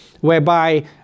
whereby